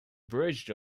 bridge